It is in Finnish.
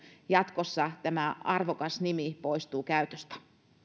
jatkossa tämä arvokas nimi poistuu käytöstä